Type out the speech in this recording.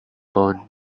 bone